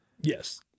Yes